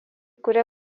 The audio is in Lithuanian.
kurie